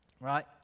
Right